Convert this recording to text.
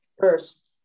First